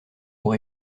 pour